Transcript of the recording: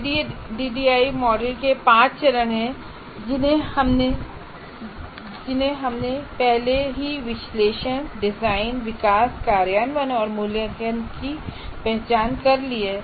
ADDIE model के 5 चरण हैं जिन्हें हमने पहले ही विश्लेषण डिजाइन विकास कार्यान्वयन और मूल्यांकन की पहचान कर ली है